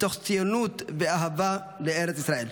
מתוך ציונות ואהבה לארץ ישראל.